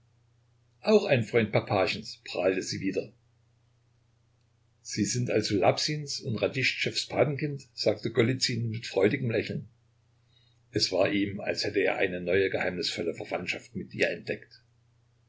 auch ein freund papachens prahlte sie wieder sie sind also labsins und radischtschews patenkind sagte golizyn mit freudigem lächeln es war ihm als hätte er eine neue geheimnisvolle verwandtschaft mit ihr entdeckt